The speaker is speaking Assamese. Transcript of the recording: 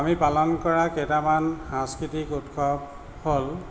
আমি পালন কৰা কেইটামান সাংস্কৃতিক উৎসৱ হ'ল